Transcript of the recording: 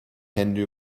hände